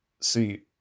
See